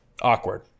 Awkward